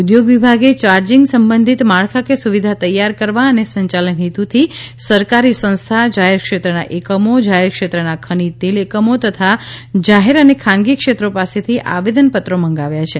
ઉદ્યોગ વિભાગે ચાર્જિંગ સંબંધિત માળખાકીય સુવિધા તૈયાર કરવા અને સંચાલન હેતુથી સરકારી સંસ્થા જાહેર ક્ષેત્રના એકમો જાહેર ક્ષેત્રના ખનીજ તેલ એકમો તથા જાહેર અને ખાનગી ક્ષેત્રો પાસેથી આવેદન પત્રો મંગાવ્યા છે